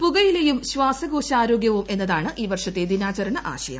പുകയിലയും ശ്വാസകോശ ആരോഗ്യവും എന്നതാണ് ഈ വർഷത്തെ ദിനാചരണ ആശയം